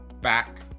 back